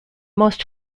most